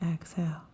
exhale